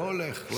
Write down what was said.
לא הולך, לא הולך.